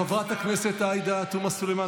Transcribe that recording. חברת הכנסת עאידה תומא סלימאן,